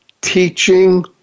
teaching